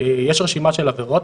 יש רשימה של עבירות,